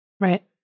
Right